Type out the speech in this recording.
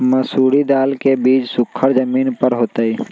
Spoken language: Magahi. मसूरी दाल के बीज सुखर जमीन पर होतई?